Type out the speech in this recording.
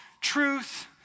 truth